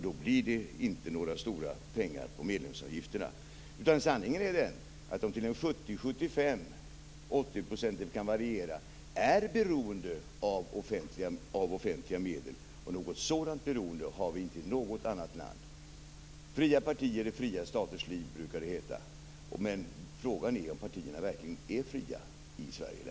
Då blir det inte några stora pengar på medlemsavgifterna. Sanningen är att partierna till 70-80 % är beroende av offentliga medel. Något sådant beroende finns inte i något annat land. Det brukar heta: Fria partier i fria staters liv. Men frågan är om partierna i Sverige verkligen är fria.